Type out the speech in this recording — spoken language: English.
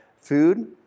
food